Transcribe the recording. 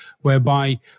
whereby